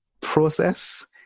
process